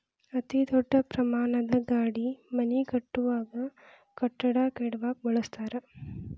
ಅತೇ ದೊಡ್ಡ ಪ್ರಮಾಣದ ಗಾಡಿ ಮನಿ ಕಟ್ಟುವಾಗ, ಕಟ್ಟಡಾ ಕೆಡವಾಕ ಬಳಸತಾರ